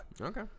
Okay